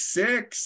six